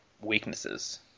weaknesses